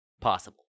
Possible